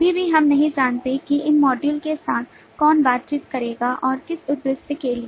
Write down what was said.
अभी भी हम नहीं जानते हैं कि इन मॉड्यूल के साथ कौन बातचीत करेगा और किस उद्देश्य के लिए